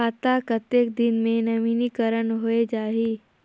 खाता कतेक दिन मे नवीनीकरण होए जाहि??